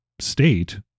state